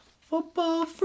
Football